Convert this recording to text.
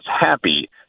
happy